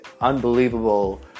unbelievable